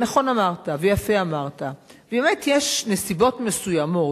נכון אמרת ויפה אמרת, באמת, יש נסיבות מסוימות,